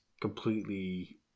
completely